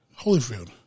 Holyfield